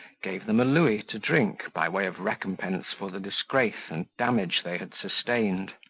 gave them a louis to drink, by way of recompense for the disgrace and damage they had sustained.